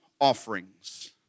offerings